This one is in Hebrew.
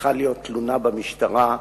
צריכה להיות תלונה במשטרה,